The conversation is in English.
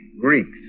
Greeks